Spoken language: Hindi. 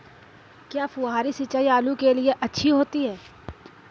क्या फुहारी सिंचाई आलू के लिए अच्छी होती है?